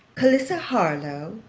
clarissa harlowe,